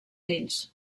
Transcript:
fills